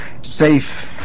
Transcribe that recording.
safe